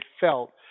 felt